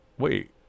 Wait